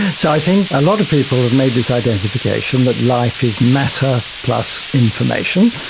so i think a lot of people have made this identification, that life is matter plus information.